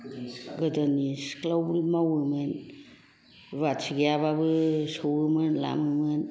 गोदोनि सिख्लायावबो मावोमोन रुवाथि गैयाबाबो सौवोमोन लामोमोन